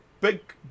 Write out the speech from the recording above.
big